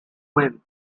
when